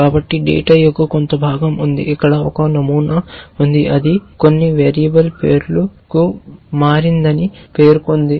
కాబట్టి డేటా యొక్క కొంత భాగం ఉంది ఇక్కడ ఒక నమూనా ఉంది అది కొన్ని వేరియబుల్ పేరు కు మారిందని పేర్కొంది